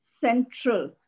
central